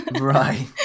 Right